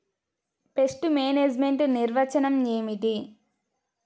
Pest management నిర్వచనం ఏమిటి?